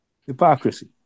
Hypocrisy